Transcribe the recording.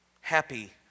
happy